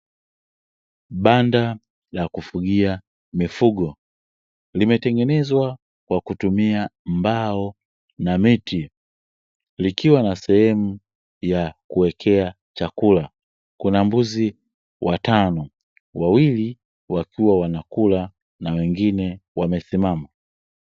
Banda la kufugia mifugo, limetengenezwa kwa kutumia mbao na miti. Likiwa na sehemu ya kuwekea chakula, kuna mbuzi watano; wawili wakiwa wanakula na wengine wamesimama.